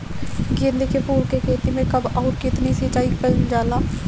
गेदे के फूल के खेती मे कब अउर कितनी सिचाई कइल जाला?